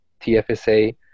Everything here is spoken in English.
TFSA